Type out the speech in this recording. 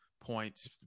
points